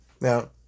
Now